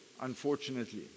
unfortunately